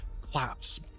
claps